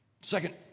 Second